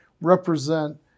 represent